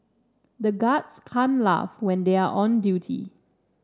the guards can't laugh when they are on duty